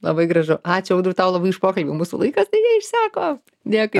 labai gražu ačiū tau labai už pokalbį mūsų laikas deja išseko dėkui